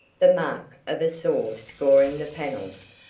the mark of a saw scoring the panels,